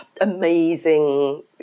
amazing